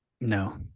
No